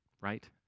right